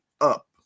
up